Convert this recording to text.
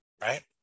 right